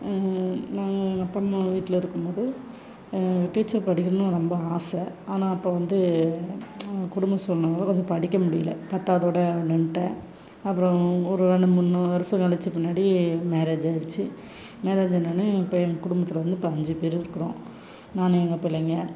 நாங்கள் எங்கள் அப்பா அம்மா வீட்டில் இருக்கும் போது டீச்சர் படிக்கணும்னு ரொம்ப ஆசை ஆனால் அப்போ வந்து குடும்ப சூல்நிலையால கொஞ்சம் படிக்கமுடியல பத்தாவதோடு நின்னுட்டேன் அப்புறம் ஒரு ரெண்டு மூணு வருடம் கழிச்ச பின்னாடி மேரேஜ் ஆயிடுச்சு மேரேஜ் ஆனோடனே இப்போ எங்கள் குடும்பத்தில் வந்து இப்போ அஞ்சு பேர் இருக்கிறோம் நான் எங்கள் பிள்ளைங்கள்